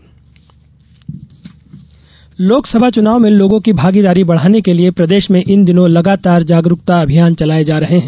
मतदाता जागरुकता लोकसभा चुनाव में लोगों की भागीदारी बढाने के लिए प्रदेश में इन दिनों लगातार जागरुकता अभियान चलाये जा रहे हैं